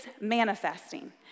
manifesting